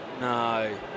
No